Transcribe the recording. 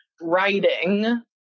writing